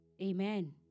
Amen